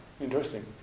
Interesting